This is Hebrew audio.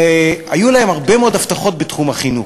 והיו להם הרבה מאוד הבטחות בתחום החינוך.